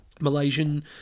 Malaysian